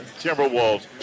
Timberwolves